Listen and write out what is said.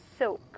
Silk